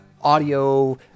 audio